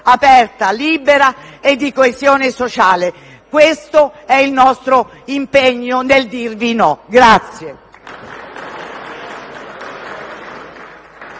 aperta, libera e di coesione sociale. Questo è il nostro impegno nel dirvi no.